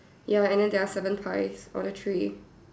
ya and then there are seven pies on the tree